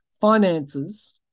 finances